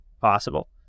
possible